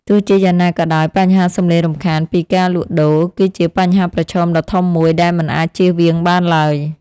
ទោះជាយ៉ាងណាក៏ដោយបញ្ហាសំឡេងរំខានពីការលក់ដូរ គឺជាបញ្ហាប្រឈមដ៏ធំមួយដែលមិនអាចជៀសវាងបានឡើយ។